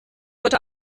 heute